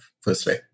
firstly